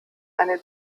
eine